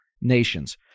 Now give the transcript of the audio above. nations